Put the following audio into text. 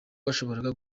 yashoboraga